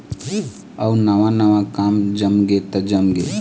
अउ नवा नवा काम जमगे त जमगे